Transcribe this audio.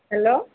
hello